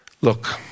Look